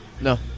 No